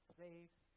saves